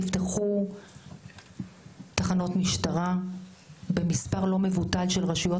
נכון שנפתחו תחנות משטרה במספר לא מבוטל של רשויות